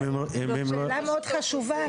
זה שאלה מאוד חשובה אבל.